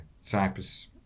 Cyprus